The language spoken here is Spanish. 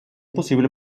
posible